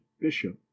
Bishop